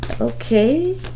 Okay